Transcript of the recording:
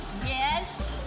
Yes